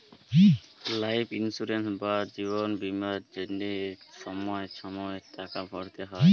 life insurance বা জিবল বীমার জ্যনহে ছময় ছময় টাকা ভ্যরতে হ্যয়